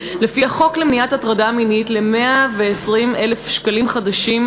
לפי החוק למניעת הטרדה מינית ל-120,000 שקלים חדשים,